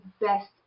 best